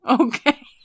Okay